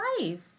life